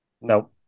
No